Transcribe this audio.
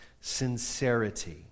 sincerity